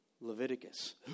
Leviticus